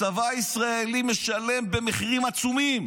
הצבא הישראלי משלם מחירים עצומים